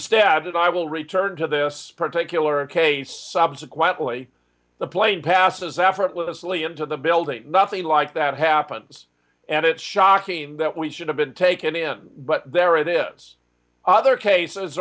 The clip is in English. and stabbed and i will return to this particular case subsequently the plane passes effortlessly into the building nothing like that happens and it's shocking that we should have been taken in but there are this other cases